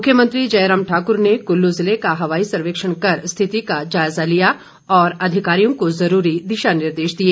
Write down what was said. मुख्यमंत्री जय राम ठाकुर ने कुल्लू ज़िले का हवाई सर्वेक्षण कर स्थिति का जायजा लिया और अधिकारियों को जरूरी दिशा निर्देश दिए